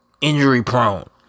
injury-prone